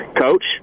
coach